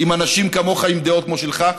עם אנשים כמוך עם דעות כמו שלך,